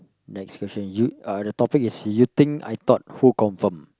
next question you uh the topic is you think I thought who confirm